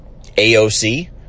AOC